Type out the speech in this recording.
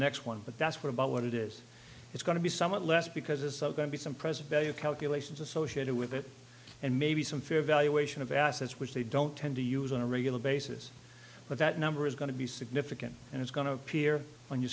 next one but that's what about what it is it's going to be somewhat less because it's going to be some present value calculations associated with it and maybe some fair valuation of assets which they don't tend to use on a regular basis but that number is going to be significant and it's going to appear on your